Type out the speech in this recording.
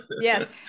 Yes